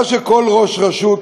מה שכל ראש רשות,